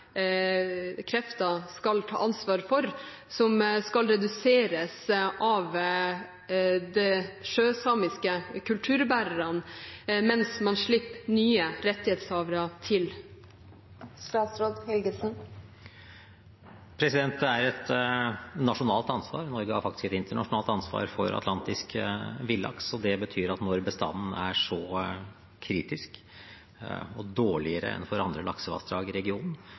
krefter skal ta ansvar for, som skal reduseres av de sjøsamiske kulturbærerne, mens man slipper nye rettighetshavere til? Det er et nasjonalt ansvar – Norge har faktisk et internasjonalt ansvar for atlantisk villaks. Det betyr at når bestanden er så kritisk lav og dårligere enn i andre laksevassdrag i regionen,